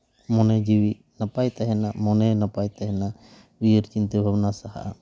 ᱢᱚᱱᱮ ᱡᱤᱣᱤ ᱱᱟᱯᱟᱭ ᱛᱟᱦᱮᱱᱟ ᱢᱚᱱᱮ ᱱᱟᱯᱟᱭ ᱛᱟᱦᱮᱱᱟ ᱩᱭᱦᱟᱹᱨ ᱪᱤᱱᱛᱟᱹ ᱵᱷᱟᱵᱽᱱᱟ ᱥᱟᱦᱟᱜᱼᱟ